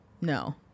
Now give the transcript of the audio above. No